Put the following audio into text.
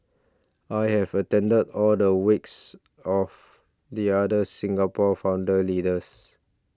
I have attended all the wakes of the other Singapore founder leaders